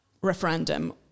Referendum